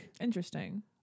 Interesting